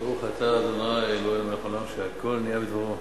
ברוך אתה ה' אלוהינו מלך העולם שהכול נהיה בדברו.